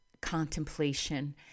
contemplation